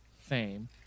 Fame